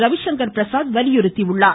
ரவிசங்கர்பிரசாத் வலியுறுத்தியுள்ளார்